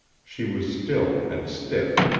she was still and stiff.